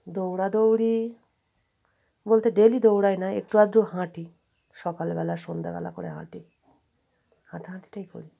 দৌড়াদৌড়ি বলতে ডেইলি দৌড়াই না একটু আধটু হাঁটি সকালেবেলা সন্ধ্যাবেলা করে হাঁটি হাঁটাহাঁটিটাই করি